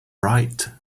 write